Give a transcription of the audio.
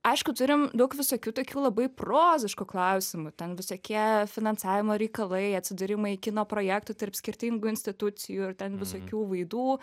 aišku turim daug visokių tokių labai proziškų klausimų ten visokie finansavimo reikalai atsidūrimai kino projektų tar skirtingų institucijų ir ten visokių vaidų